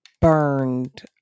burned